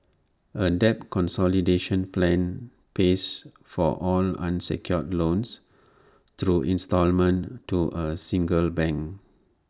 A debt consolidation plan pays for all unsecured loans through instalment to A single bank